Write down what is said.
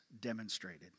demonstrated